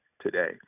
today